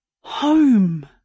Home